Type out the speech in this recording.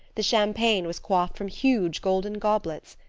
the champagne was quaffed from huge golden goblets.